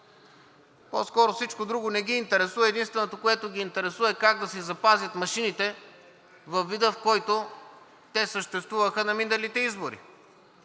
по-скоро всичко друго не ги интересува, единственото, което ги интересува, е как да си запазят машините във вида, в който те съществуваха на миналите избори.